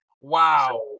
Wow